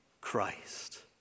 Christ